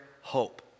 hope